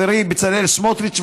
לחברי בצלאל סמוטריץ,